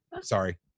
Sorry